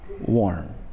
warm